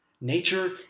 Nature